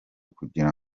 kugira